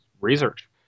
research